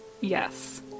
yes